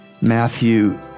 Matthew